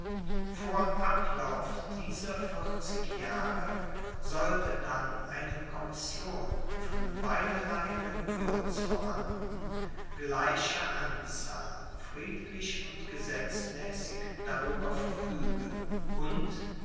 vor ablauf dieser vierzig jahre sollte dann eine commission von beiderlei religionsverwandten gleicher anzahl friedlich und gesetzmäßig darüber verfügen und